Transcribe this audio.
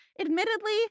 Admittedly